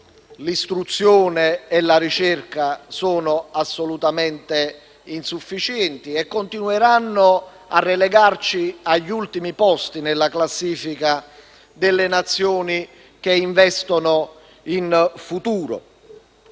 l'istruzione e la ricerca sono assolutamente insufficienti e continueranno a relegarci agli ultimi posti nella classifica delle nazioni che investono in futuro.